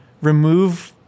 remove